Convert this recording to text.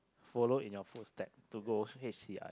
follow in your footstep to go H_C ah